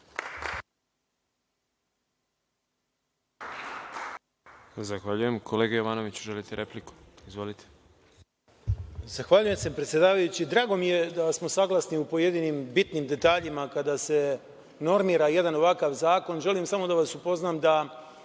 Zahvaljujem. Kolega Jovanoviću, želite repliku? (Da)Izvolite. **Neđo Jovanović** Zahvaljujem se, predsedavajući. Drago mi je da smo saglasni u pojedinim bitnim detaljima kada se normira jedan ovakav zakon. Želim samo da vas upoznam da